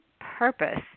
purpose